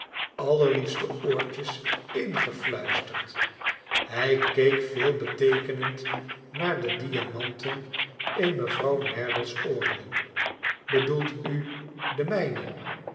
allerliefste oortjes ingefluisterd hq keek veelbeteekenend naar de diamaiiten in mevrouw merdle's oorringen bedoelt u de mijne